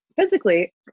Physically